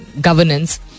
governance